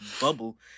bubble